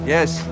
Yes